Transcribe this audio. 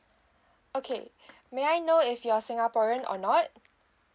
okay may I know if you're singaporean or not